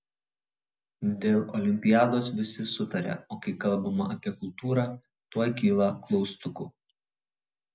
dėl olimpiados visi sutaria o kai kalbama apie kultūrą tuoj kyla klaustukų